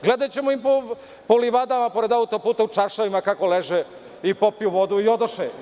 Gledaćemo ih po livadama pored auto-puta, u čaršafima kako leže i popiju vodu, i odoše.